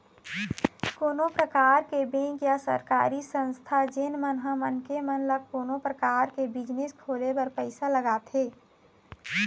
कोनो परकार के बेंक या सरकारी संस्था जेन मन ह मनखे मन ल कोनो परकार के बिजनेस खोले बर पइसा लगाथे